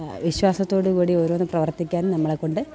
വിശ്വാസത്തോടു കൂടി ഓരോന്നും പ്രവർത്തിക്കാനും നമ്മളെ കൊണ്ട്